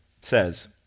says